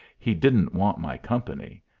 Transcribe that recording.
he didn't want my company,